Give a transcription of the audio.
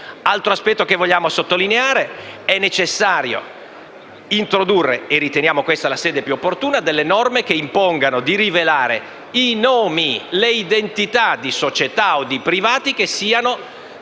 altro aspetto che vogliamo sottolineare è che è necessario introdurre (e riteniamo questa la sede più opportuna) norme che impongano di rivelare i nomi e le identità di società o di privati che siano grossi